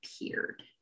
appeared